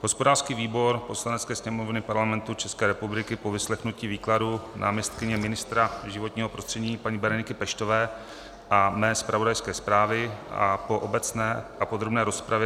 Hospodářský výbor Poslanecké sněmovny Parlamentu České republiky po vyslechnutí výkladu náměstkyně ministra životního prostředí paní Bereniky Peštové a mé zpravodajské zprávy a po obecné a podrobné rozpravě